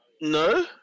No